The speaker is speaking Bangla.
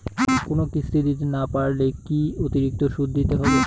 কোনো কিস্তি দিতে না পারলে কি অতিরিক্ত সুদ দিতে হবে?